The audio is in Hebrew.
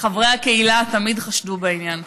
חברי הקהילה תמיד חשדו בעניין.